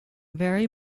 very